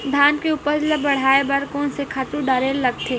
धान के उपज ल बढ़ाये बर कोन से खातु डारेल लगथे?